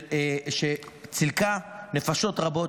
שצילקה נפשות רבות,